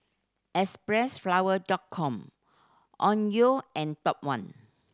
Xpressflower Dot Com Onkyo and Top One